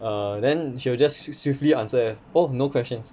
err then she will just swiftly answer oh no questions